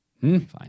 fine